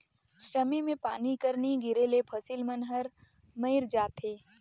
समे मे पानी कर नी गिरे ले फसिल मन हर मइर जाथे